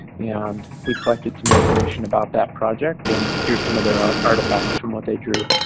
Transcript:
and we collected some information about that project and here's some of their artifacts from what they drew,